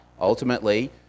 ultimately